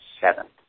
seventh